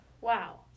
Wow